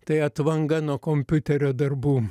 tai atvanga nuo kompiuterio darbų